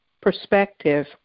perspective